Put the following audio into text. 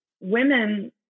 women